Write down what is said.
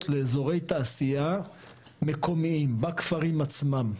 לאזורי תעשייה מקומיים בכפרים עצמם.